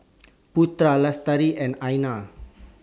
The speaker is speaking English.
Putra Lestari and Aina